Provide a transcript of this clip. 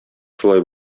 шулай